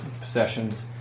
possessions